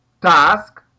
task